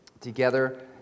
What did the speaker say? together